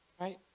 right